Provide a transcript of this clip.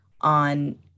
on